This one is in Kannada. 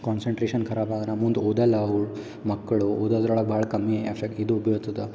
ಕಾನ್ಸನ್ಟ್ರೇಶನ್ ಖರಾಬಾದ್ರ ಮುಂದೆ ಓದಲ್ಲ ಅವು ಮಕ್ಕಳು ಓದೋದ್ರೊಳಗ್ ಭಾಳ್ ಕಮ್ಮಿ ಎಫೆಕ್ಟ್ ಇದು ಬೀಳ್ತದೆ